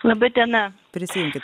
laba diena prisijunkit